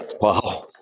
Wow